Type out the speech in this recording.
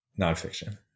Nonfiction